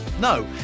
no